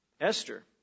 Esther